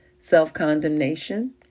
Self-condemnation